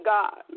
God